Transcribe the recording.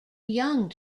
young